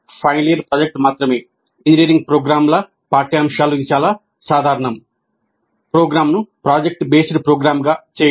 final year project మాత్రమే ప్రోగ్రామ్ను project based ప్రోగ్రామ్గా చేయదు